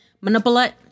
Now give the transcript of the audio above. manipulate